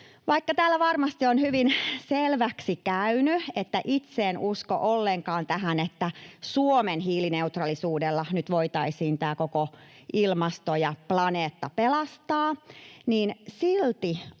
Vaikka täällä varmasti on hyvin selväksi käynyt, että itse en usko ollenkaan tähän, että Suomen hiilineutraalisuudella nyt voitaisiin tämä koko ilmasto ja planeetta pelastaa, niin silti